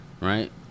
right